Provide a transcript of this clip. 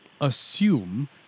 assume